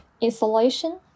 insulation